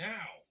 Now